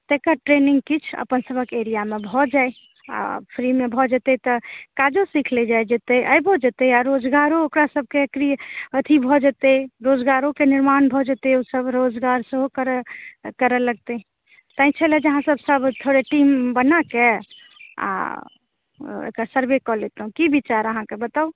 तेकर ट्रेनिंग किछु अपन सभक एरियामे भए जाइ आ फ्रीमे भए जेतए तऽ काजो सीख लए जाइ जेतए आबिओ जेतय आ रोजगारो ओकरासभकेँ क्री अथी भए जेतए रोजगारोके निर्माण भए जेतए ओसभ रोजगार सेहो करए लगतै तैंँ छल जे अहाँ सभ थोड़े टीम बनाके आ एकर सर्वे कए लेतहुँ की विचार अहाँकेँ बताउ